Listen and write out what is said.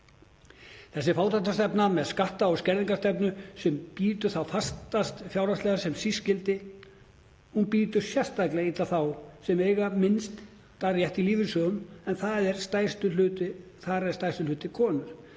Þessi fátæktarstefna með skatta- og skerðingastefnu, sem bítur fastast fjárhagslega þá sem síst skyldi, bítur sérstaklega illa þá sem eiga minnstan rétt í lífeyrissjóðum en þar er stærstur hlutinn konur.